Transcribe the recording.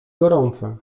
gorące